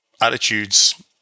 attitudes